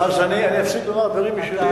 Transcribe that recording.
אז אני אפסיק לומר דברים משלי,